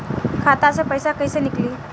खाता से पैसा कैसे नीकली?